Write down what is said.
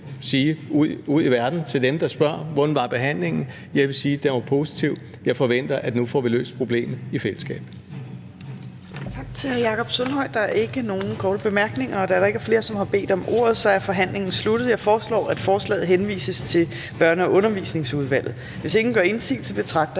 sige ud i verden til dem, der spørger, hvordan behandlingen var, at den var positiv. Jeg forventer, at vi nu får løst problemet i fællesskab. Kl. 15:26 Fjerde næstformand (Trine Torp): Tak til hr. Jakob Sølvhøj. Der er ikke nogen korte bemærkninger Da der ikke er flere, som har bedt om ordet, er forhandlingen sluttet. Jeg foreslår, at forslaget til folketingsbeslutning henvises til Børne- og Undervisningsudvalget. Hvis ingen gør indsigelse, betragter